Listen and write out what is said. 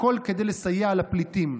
הכול כדי לסייע לפליטים.